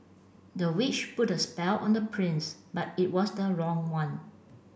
the witch put a spell on the prince but it was the wrong one